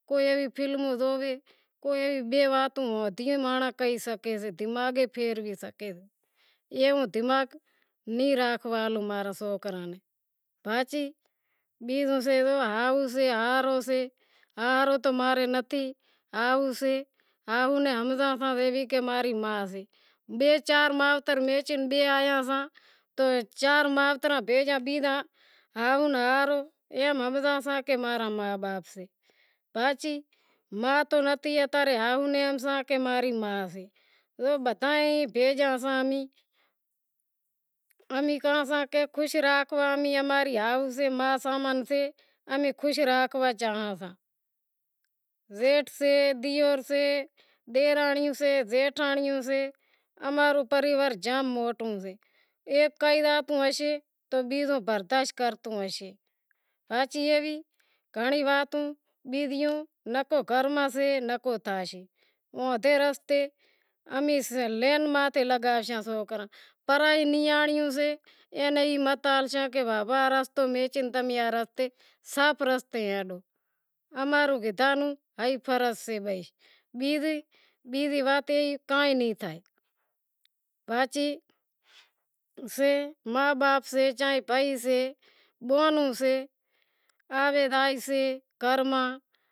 کوئی ایوی فلموں زوئے، تو کوئی بئے واتیوں نتھیوں کہے سگھے سے کہ دماغ ئی پھیرے زاشے، ایوو دماغ نیں راکھوا ہالوں ماں رے سوکراں نوں، بیزو سے ہائو سے، ہاہرو سے، ہاہرو تو ماں رو نتھیہائو سے ہائو نی ہمزاں کہ ماں ری ما سے بئے چار مائترا میچے ڈے آیاساں تو چار مائتراں بھیگیا ہائو ان ہاہرو ایواں ہمزاں ساں کہ ماں را ما باپ سے باقی ماں تو نتھی امیں کہاں ساں کہ خوش راکھاں اماں ری ہائو سے ما سمان سے امیں خوش راکھوا چاہاں ساں، زیٹھ سے دیور سے ڈیرانڑی سے زیٹھانڑی سے امارو پریوار جام موٹو سے، ایک ہی کہاتو زائیشے تو بیزو برداشت کرتو زائیشے ایوی گھنڑی واتوں بیزیوں نکو کرووں سے نکو تھائیسیں، امیں ہدھے راست لائین ماتھے لگائیشیں، پرائی نیانڑیاں سیں ایئاں ناں کہیشاں کہ او راستو میچے تمیں صاف راستے ہالو امارو کیدہاں نو ای فرض سے بیزی وات ای کائیں نیں تھے باقی ما باپ سے یا بھائی سے یا بہونوں سے آوے زائیس